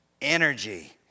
energy